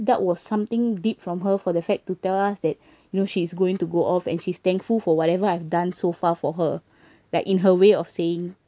that was something deep from her for the fact to tell us that you know she is going to go off and she's thankful for whatever I've done so far for her like in her way of saying